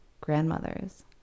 grandmothers